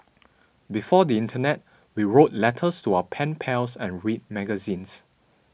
before the Internet we wrote letters to our pen pals and read magazines